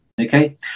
Okay